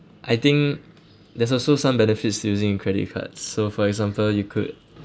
I think there's also some benefits using a credit card so for example you could